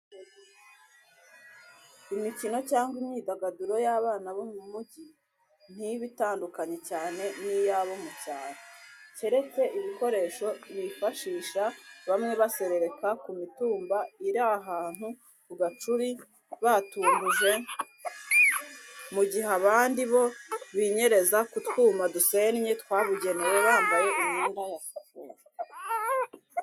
Imikino cyangwa imyidagaduro y'abana bo mu mujyi ntiba itandukanye cyane n'iy'abo mu cyaro, keretse ibikoresho bifashisha, bamwe baserebeka ku mitumba iri ahantu ku gacuri batumbuje, mu gihe abandi bo binyereza ku twuma dusennye twabugewe bambaye imyenda ya siporo.